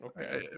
okay